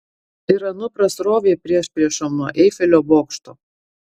ir anupras rovė priešpriešom nuo eifelio bokšto